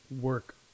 work